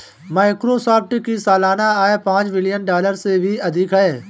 Microsoft की सालाना आय पांच बिलियन डॉलर से भी अधिक है